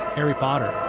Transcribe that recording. harry potter.